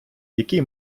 який